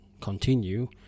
continue